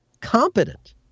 Competent